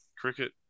Cricket